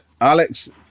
Alex